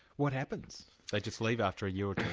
what happens? they just leave after a year or two?